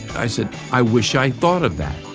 i said, i wish i thought of that.